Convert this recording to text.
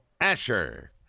Asher